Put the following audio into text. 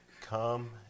Come